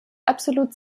absolut